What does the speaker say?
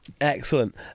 Excellent